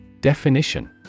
Definition